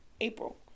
April